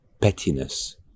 pettiness